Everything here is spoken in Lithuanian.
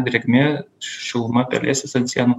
drėgmė šiluma pelėsis ant sienų